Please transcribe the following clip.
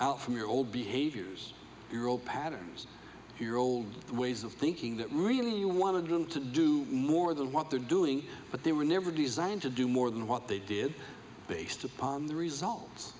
out from your old behaviors your old patterns your old ways of thinking that really you want to do them to do more than what they're doing but they were never designed to do more than what they did based upon the results